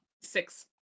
Six